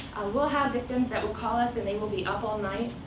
we'll have victims that will call us, and they will be up all night.